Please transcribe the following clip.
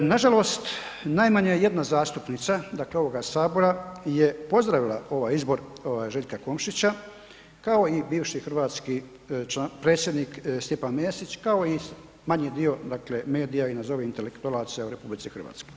Nažalost, najmanje jedna zastupnika dakle ovoga Sabora je pozdravila ovaj izbor Željka Komšića kao i bivši hrvatski predsjednik Stjepan Mesić, kao i manji dio dakle medija i nazovi intelektualaca u RH.